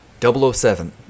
007